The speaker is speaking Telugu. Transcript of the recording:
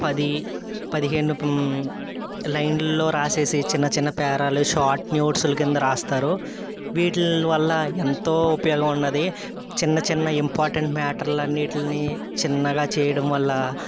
పది పదిహేను లైన్లలో రాసేసి చిన్న చిన్న పేరాలు షార్ట్ నోట్స్ల కింద రాస్తారు వీటి వల్ల ఎంతో ఉపయోగం ఉన్నది చిన్న చిన్న ఇంపార్టెంట్ మ్యాటర్లు అన్నిటిని చిన్నగా చేయడం వల్ల